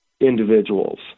individuals